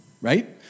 right